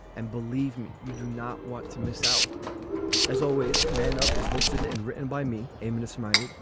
and believe me, you do not want to miss out as always. man up is hosted and written by me a minute, mate.